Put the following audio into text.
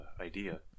idea